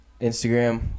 Instagram